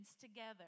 together